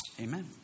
Amen